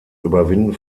überwinden